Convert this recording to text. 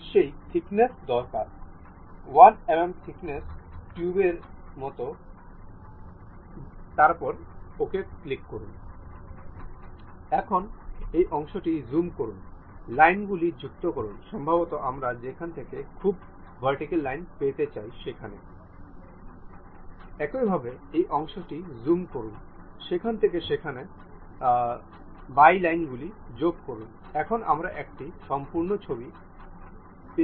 এই ধরনের অ্যানিমেশন সংরক্ষণ করতে আমরা অ্যানিমেশন সংরক্ষণের সাথে যাব